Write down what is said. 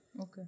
okay